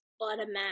automatic